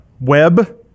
web